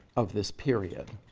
of this period.